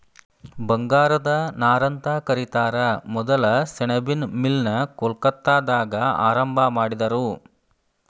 ಬಂಗಾರದ ನಾರಂತ ಕರಿತಾರ ಮೊದಲ ಸೆಣಬಿನ್ ಮಿಲ್ ನ ಕೊಲ್ಕತ್ತಾದಾಗ ಆರಂಭಾ ಮಾಡಿದರು